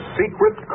secret